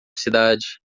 cidade